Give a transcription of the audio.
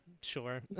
Sure